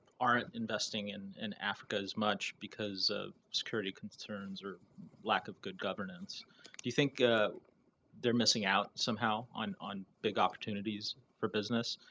aren't investing in and africa as much because of security concerns or lack of good governance, do you think they're missing out somehow on on big opportunities for business?